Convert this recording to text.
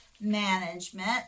Management